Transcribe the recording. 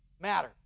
matter